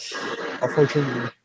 Unfortunately